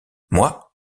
moi